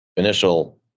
initial